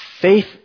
Faith